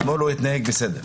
אתמול לא התנהג בסדר.